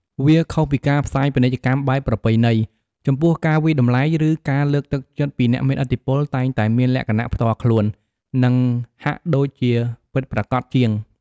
វាខុសពីការផ្សាយពាណិជ្ជកម្មបែបប្រពៃណី ចំពោះការវាយតម្លៃ ឬការលើកទឹកចិត្តពីអ្នកមានឥទ្ធិពលតែងតែមានលក្ខណៈផ្ទាល់ខ្លួន និងហាក់ដូចជាពិតប្រាកដជាង។